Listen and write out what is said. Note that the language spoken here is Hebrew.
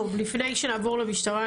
לפני שנעבור למשטרה,